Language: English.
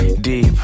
deep